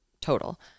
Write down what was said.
total